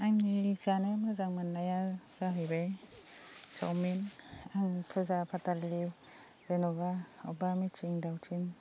आंनि जानो मोजां मोननाया जाहैबाय चाउमिन आलु भाजा दालि जेनेबा अबावबा मिथिं दावथिं